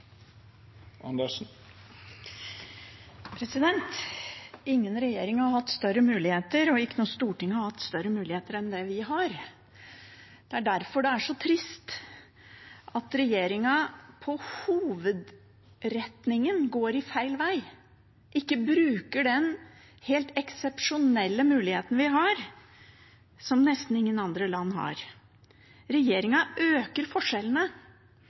sitt. Ingen regjering og ikke noe storting har hatt større muligheter enn det vi har. Det er derfor det er så trist at regjeringen i hovedretningen går feil vei og ikke bruker den helt eksepsjonelle muligheten vi har, som nesten ingen andre land har.